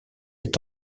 est